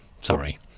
Sorry